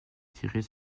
tirer